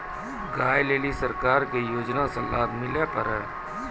गाय ले ली सरकार के योजना से लाभ मिला पर?